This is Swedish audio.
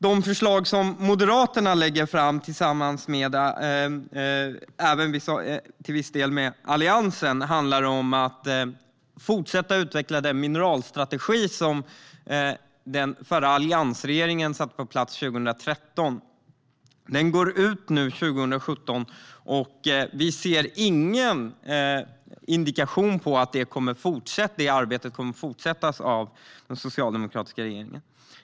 De förslag som Moderaterna och till viss del Alliansen lägger fram handlar om att fortsätta utveckla den mineralstrategi som alliansregeringen satte på plats 2013. Den går ut nu, 2017, och vi ser ingen indikation på att det arbetet kommer att fortsättas av den socialdemokratiska regeringen.